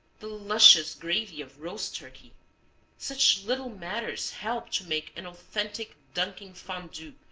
the luscious gravy of roast turkey such little matters help to make an authentic dunking fondue,